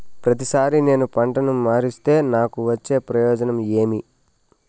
ప్రతిసారి నేను పంటను మారిస్తే నాకు వచ్చే ప్రయోజనం ఏమి?